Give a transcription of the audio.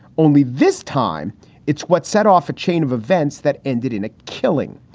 only this time it's what set off a chain of events that ended in a killing.